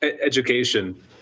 education